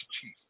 Chief